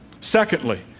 secondly